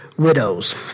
Widows